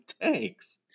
tanks